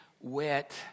wet